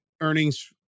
Earnings